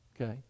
Okay